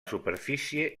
superfície